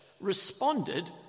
responded